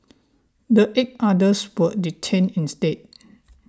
the eight others were detained instead